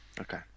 okay